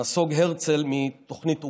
נסוג הרצל מתוכנית אוגנדה,